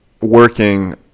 working